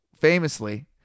Famously